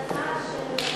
הצעה, הצעה של,